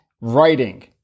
writing